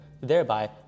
thereby